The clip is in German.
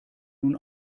nun